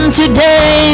today